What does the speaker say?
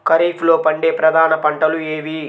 ఖరీఫ్లో పండే ప్రధాన పంటలు ఏవి?